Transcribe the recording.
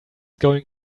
going